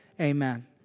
Amen